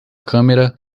câmera